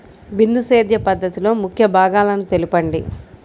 బిందు సేద్య పద్ధతిలో ముఖ్య భాగాలను తెలుపండి?